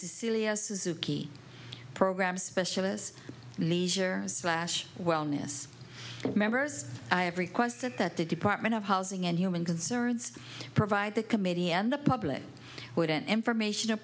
cecilia suzuki program specialist leisure slash wellness members i have requested that the department of housing and human concerns provide the committee and the public wouldn't information